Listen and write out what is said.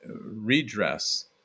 redress